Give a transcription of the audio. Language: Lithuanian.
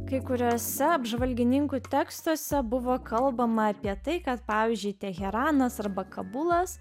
kai kuriuose apžvalgininkų tekstuose buvo kalbama apie tai kad pavyzdžiui teheranas arba kabulas